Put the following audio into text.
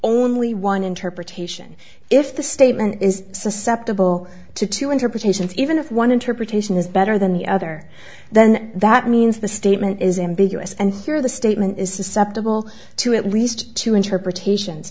only one interpretation if the statement is susceptible to two interpretations even if one interpretation is better than the other then that means the statement is ambiguous and through the statement is susceptible to at least two interpretations